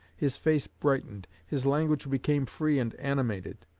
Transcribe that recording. his face brightened, his language became free and animated.